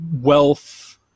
wealth